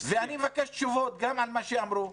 אני מבקש תשובות גם על מה שאמרו,